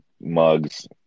mugs